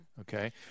okay